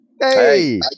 Hey